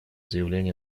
заявления